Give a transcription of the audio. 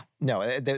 no